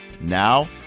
Now